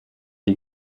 die